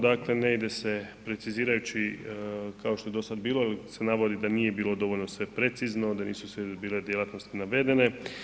Dakle, ne ide se precizirajući kao što je dosad bilo jer se navodi da nije bilo dovoljno sve precizno, da nisu sve bile djelatnosti navedene.